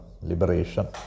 liberation